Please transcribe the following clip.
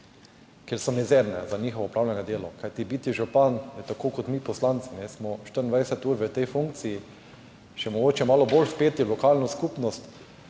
Ker so mizerne za njihovo opravljeno delo. Kajti biti župan je tako kot mi poslanci, smo 24 ur v tej funkciji. Mogoče je še malo bolj vpet v lokalno skupnost,